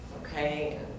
Okay